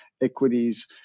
equities